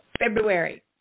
February